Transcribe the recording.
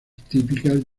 típicas